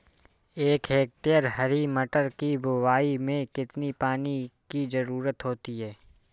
एक हेक्टेयर हरी मटर की बुवाई में कितनी पानी की ज़रुरत होती है?